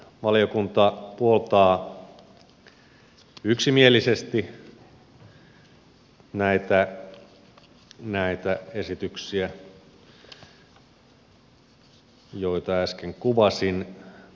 valiokunta puoltaa yksimielisesti näitä esityksiä joita äsken kuvasin